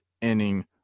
inning